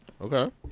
Okay